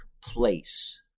place